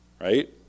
Right